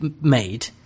made